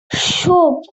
щоб